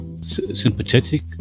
sympathetic